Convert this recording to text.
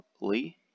Lee